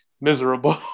miserable